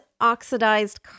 oxidized